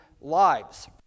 lives